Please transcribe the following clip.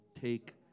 take